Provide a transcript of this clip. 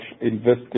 Invested